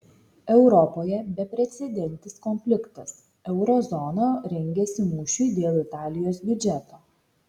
europoje beprecedentis konfliktas euro zona rengiasi mūšiui dėl italijos biudžeto